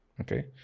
okay